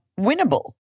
winnable